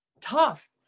Tough